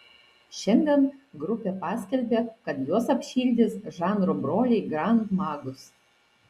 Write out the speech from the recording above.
šiandien grupė paskelbė kad juos apšildys žanro broliai grand magus